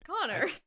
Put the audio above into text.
Connor